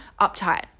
uptight